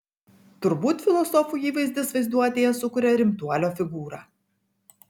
turbūt filosofų įvaizdis vaizduotėje sukuria rimtuolio figūrą